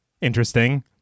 interesting